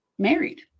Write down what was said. Married